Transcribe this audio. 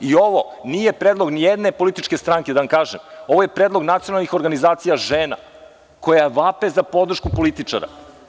I ovo nije predlog nijedne političke stranke, da vam kažem, ovo je predlog Nacionalnih organizacija žena, koja vape za podršku političara.